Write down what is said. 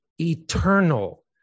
eternal